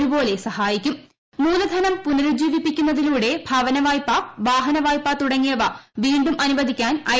ഒരുപോലെ മൂലധനം പുനരുജ്ജീവിപ്പിക്കുന്നതിലൂടെ ഭവന വായ്പ വാഹന വായ്പ തുടങ്ങിയവ വീണ്ടും അനുവദിക്കാൻ ഐ